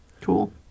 Cool